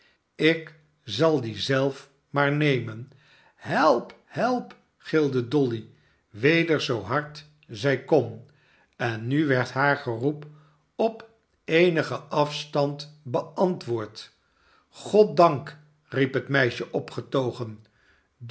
ik zal die zelf maar nemen help help gilde dolly weder zoo hard zij kon en nu werd haar geroep op eenigen afstand beantwoord goddank riep het meisje opgetogen